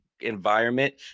environment